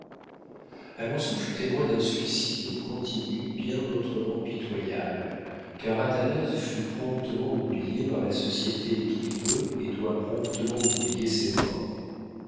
valois alençon fut témoin d'un suicide continu bien autrement pitoyable car athanase fut promptement oublié par la société qui veut et doit promptement oublier ses morts